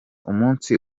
umunsi